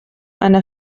einer